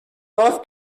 north